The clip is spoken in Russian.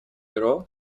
бюро